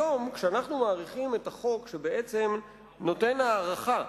היום כשאנחנו מאריכים את החוק שבעצם נותן הארכה,